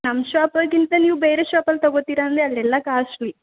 ನಮ್ಮ ಶೋಪಿಗಿಂತ ನೀವು ಬೇರೆ ಶಾಪಲ್ಲಿ ತಗೊತೀರ ಅಂದರೆ ಅಲ್ಲಿ ಎಲ್ಲ ಕಾಸ್ಟ್ಲಿ